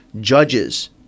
judges